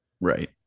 Right